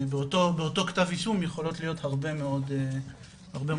באותו כתב אישום יכולות להיות הרבה מאוד נפגעות.